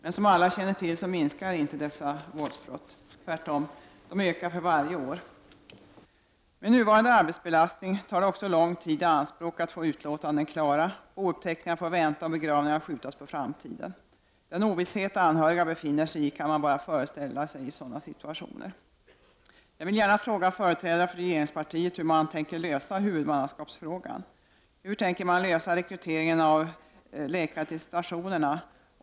Men som alla känner till minskar inte våldsbrotten. Tvärtom, de ökar för varje år. Med nuvarande arbetsbelastning tar det också lång tid i anspråk att få utlåtanden klara. Bouppteckningar får vänta och begravningar skjutas på framtiden. Den ovisshet de anhöriga befinner sig i kan man bara föreställa sig i sådana situationer. Jag vill gärna fråga företrädare för regeringspartiet: Hur tänker man lösa huvudmannafrågan? Hur tänker man lösa rekryteringen till stationerna?